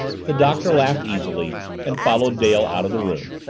the doctor laughed easily and followed dale out of the room,